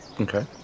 Okay